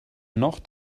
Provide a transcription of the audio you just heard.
noch